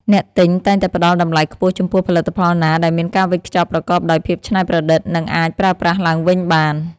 អ្នកទិញតែងតែផ្តល់តម្លៃខ្ពស់ចំពោះផលិតផលណាដែលមានការវេចខ្ចប់ប្រកបដោយភាពច្នៃប្រឌិត និងអាចប្រើប្រាស់ឡើងវិញបាន។